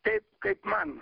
taip kaip man